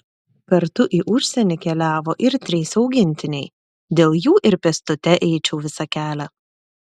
kartu į užsienį keliavo ir trys augintiniai dėl jų ir pėstute eičiau visą kelią